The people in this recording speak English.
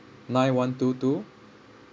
nine one two two